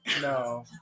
No